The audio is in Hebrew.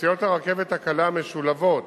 נסיעות הרכבת הקלה משולבות